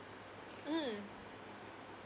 mm